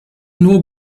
nur